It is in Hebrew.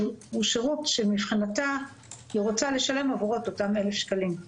שירות שמבחינתה היא רוצה לשלם עבורו את אותם 1,000 שקלים.